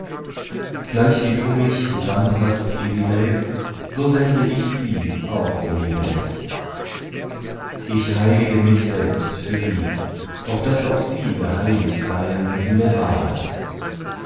wahrheit gleichwie du mich gesandt hast in die welt so sende ich sie auch in die welt ich heilige mich selbst für sie auf daß auch sie geheiligt seien in der wahrheit